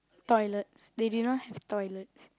toilets they did not have toilets